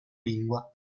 lingua